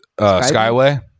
Skyway